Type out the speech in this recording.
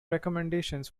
recommendations